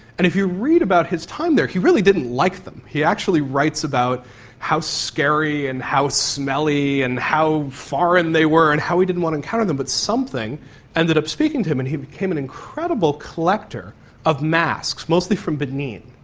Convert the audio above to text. and if you read about his time there, he really didn't like them, he actually writes about how scary and how smelly and how foreign they were and how he didn't want to encounter them, but something ended up speaking to him and he became an incredible collector of masks, mostly from benin.